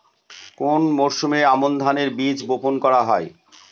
কোন মরশুমে আমন ধানের বীজ বপন করা হয়?